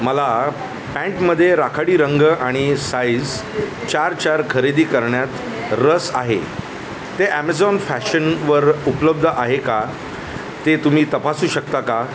मला पँटमध्ये राखाडी रंग आणि साइज चार चार खरेदी करण्यात रस आहे ते ॲमेझॉन फॅशनवर उपलब्ध आहे का ते तुम्ही तपासू शकता का